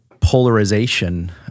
polarization